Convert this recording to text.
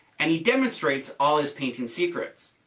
and he demonstrates all his painting secrets.